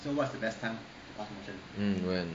mm when